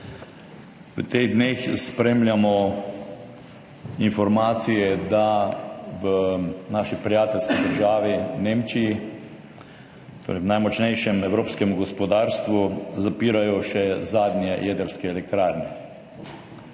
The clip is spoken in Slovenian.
V teh dneh spremljamo informacije, da v naši prijateljski državi Nemčiji, torej v najmočnejšem evropskem gospodarstvu, zapirajo še zadnje jedrske elektrarne.